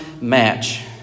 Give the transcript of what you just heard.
match